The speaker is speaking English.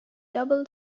double